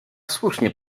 słusznie